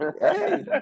hey